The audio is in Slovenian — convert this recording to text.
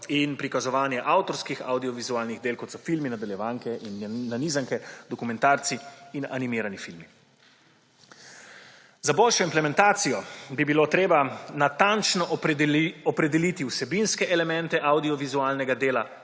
in prikazovanje avtorskih avdiovizualnih del, kot so filmi, nadaljevanke, nanizanke, dokumentarci in animirani filmi. Za boljšo implementacijo bi bilo treba natančno opredeliti vsebinske elemente avdiovizualnega dela,